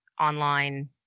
online